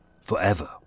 forever